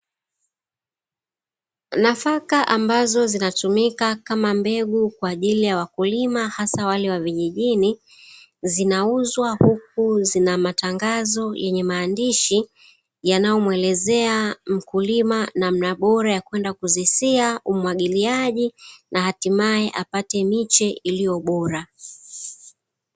Nafaka ambazo zinatumika kama mbegu kwaajili ya wakulima hasa wale wa vijijini, zinauzwa huku zinamatangazo yenye maandishi yanayomwelezea mkulima namna bora ya kwenda kuzisia, umwagiliaji na hatimae apate miche iliyo bora.